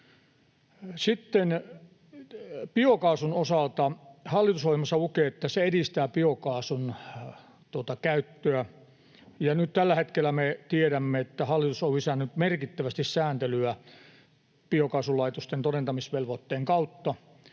Sitten biokaasun osalta hallitusohjelmassa lukee, että hallitus edistää biokaasun käyttöä, mutta nyt tällä hetkellä me tiedämme, että hallitus on lisännyt merkittävästi sääntelyä biokaasulaitosten todentamisvelvoitteen kautta,